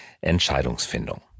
Entscheidungsfindung